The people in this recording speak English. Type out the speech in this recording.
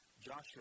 Joshua